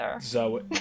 Zoe